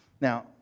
Now